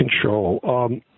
control